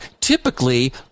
typically